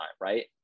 right